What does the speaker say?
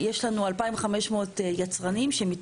אתה צריך להיות קודם כל בעל רישיון יצרן ואז באה התשתית הזאת.